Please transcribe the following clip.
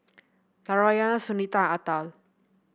Narayana Sunita Atal